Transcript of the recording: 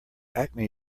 acne